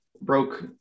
broke